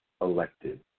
elected